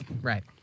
Right